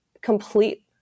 complete